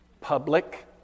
public